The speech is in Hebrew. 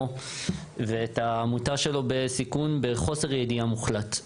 ואת העמותה שלו בסיכון בחוסר ידיעה מוחלט.